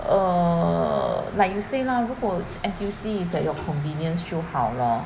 err like you say lah 如果 N_T_U_C is at your convenience 就好 lor